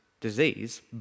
disease